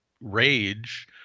rage